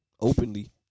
openly